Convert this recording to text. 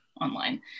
online